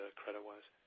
credit-wise